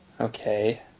Okay